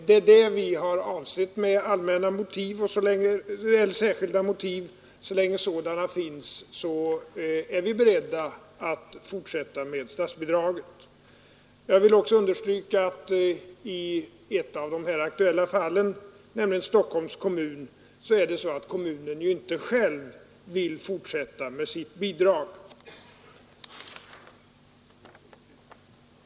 Det är det vi har avsett med uttalandet om särskilda motiv, och så länge sådana finns är vi beredda att fortsätta med statsbidragen. Jag vill också understryka att i ett av de här aktuella fallen, nämligen Stockholms kommun, är det så att kommunen själv inte vill fortsätta med sitt bidrag.